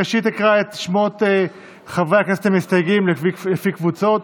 ראשית אקרא את שמות חברי הכנסת המסתייגים לפי קבוצות.